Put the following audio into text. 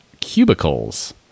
Cubicles